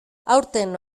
aurten